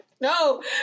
No